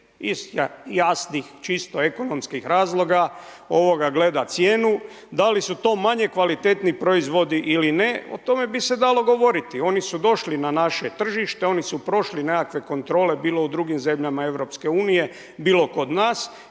iz jasno čisto ekonomskih razloga gleda cijenu. Da li su to manje kvalitetni proizvodi ili ne, o tome bi se dalo govoriti, oni su došli na naše tržište, oni su prošli nekakve kontrole bilo u drugim zemljama Europske unije,